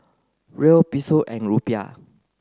Riel Peso and Rupiah